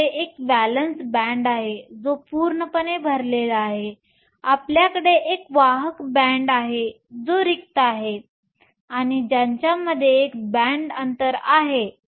आपल्याकडे एक valence band आहे जो पूर्णपणे भरलेला आहे आपल्याकडे एक वाहक बॅण्ड आहे जो रिक्त आहे आणि त्यांच्यामध्ये एक बॅण्ड अंतर आहे